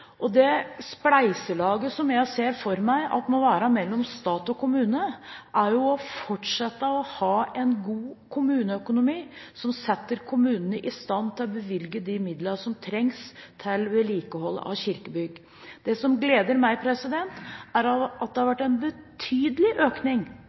Det spleiselaget jeg ser for meg må være mellom stat og kommune, er å fortsette å ha en god kommuneøkonomi, som setter kommunene i stand til å bevilge de midlene som trengs til vedlikehold av kirkebygg. Det som gleder meg, er at det i de årene vi har